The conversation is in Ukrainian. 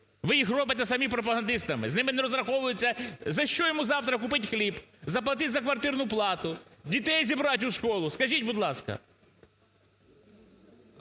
ви їх робите самі пропагандистами, з ними не розраховуються… За що йому завтра купить хліб, заплатить за квартирну плату, дітей зібрати у школу, скажіть, будь ласка.